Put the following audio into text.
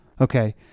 Okay